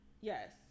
yes